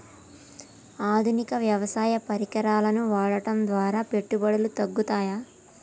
ఆధునిక వ్యవసాయ పరికరాలను వాడటం ద్వారా పెట్టుబడులు తగ్గుతయ?